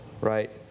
right